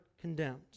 condemned